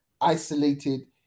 isolated